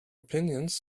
opinions